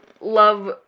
love